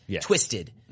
twisted